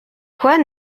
quoi